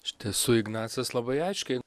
iš tiesų ignacas labai aiškiai